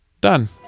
done